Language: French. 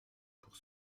pour